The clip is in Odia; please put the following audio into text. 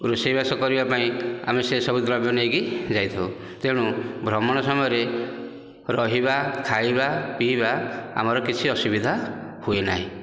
ରୋଷେଇ ବାସ କରିବା ପାଇଁ ଆମେ ସେସବୁ ଦ୍ରବ୍ୟ ନେଇକି ଯାଇଥାଉ ତେଣୁ ଭ୍ରମଣ ସମୟରେ ରହିବା ଖାଇବା ପିଇବା ଆମର କିଛି ଅସୁବିଧା ହୁଏ ନାହିଁ